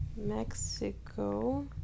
Mexico